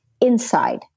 inside